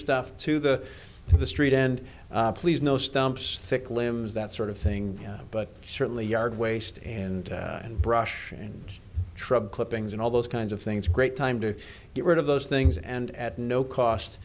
stuff to the to the street and please no stumps thick limbs that sort of thing but certainly yard waste and and brush and trouble clippings and all those kinds of things great time to get rid of those things and at no